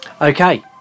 Okay